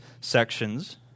sections